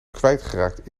kwijtgeraakt